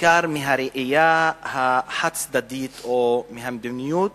מהראייה החד-צדדית או מהמדיניות